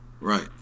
Right